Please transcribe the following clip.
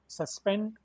suspend